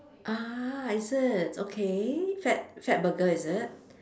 ah is it okay Fat~ Fatburger is it